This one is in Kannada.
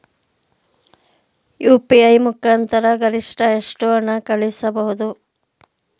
ಯು.ಪಿ.ಐ ಮುಖಾಂತರ ಗರಿಷ್ಠ ಎಷ್ಟು ಹಣ ಕಳಿಸಬಹುದು?